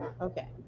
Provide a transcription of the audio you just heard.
okay